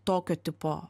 tokio tipo